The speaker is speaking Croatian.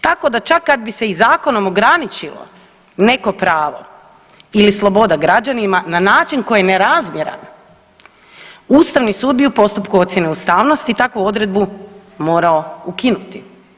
Tako da čak kad bi se i zakonom ograničilo neko pravo ili sloboda građanima na način koji je nerazmjeran, ustavni sud bi u postupku ocjene ustavnosti takvu odredbu morao ukinuti.